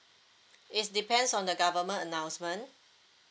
it's depends on the government announcement